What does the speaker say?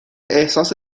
احساس